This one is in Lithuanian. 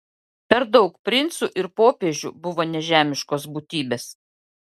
per daug princų ir popiežių buvo nežemiškos būtybės